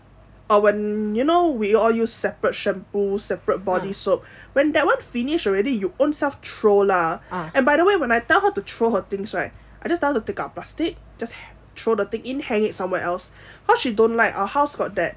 when you know we all use separate shampoo separate body soap when that one finish already you ownself throw lah and by the way when I tell her to throw her things right I just tell her to take out a plastic just throw the thing in hang it somewhere else cause she don't like our house got that